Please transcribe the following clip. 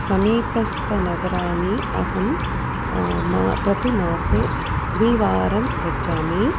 समीपस्थनगराणि अहं मा प्रतिमासे द्विवारं गच्छामि